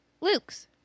Luke's